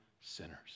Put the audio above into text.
sinners